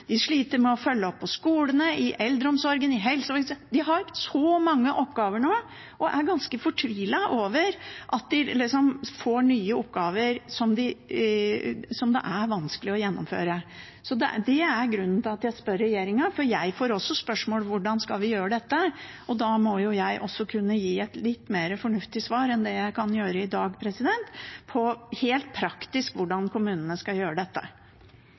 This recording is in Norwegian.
De sliter med å følge opp på skolene, i eldreomsorgen, i helsevesenet. De har så mange oppgaver nå og er ganske fortvilet over at de får nye oppgaver som det er vanskelig å gjennomføre. Det er grunnen til at jeg spør regjeringen, for jeg får også spørsmål om hvordan vi skal gjøre dette, og da må jeg kunne gi et litt mer fornuftig svar enn det jeg kan gjøre i dag, på hvordan kommunene helt praktisk skal gjøre dette.